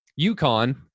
UConn